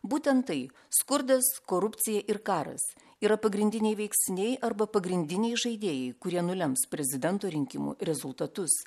būtent tai skurdas korupcija ir karas yra pagrindiniai veiksniai arba pagrindiniai žaidėjai kurie nulems prezidento rinkimų rezultatus